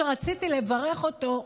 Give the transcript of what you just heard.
כשרציתי לברך אותו,